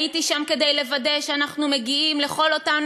הייתי שם כדי לוודא שאנחנו מגיעים לכל אותן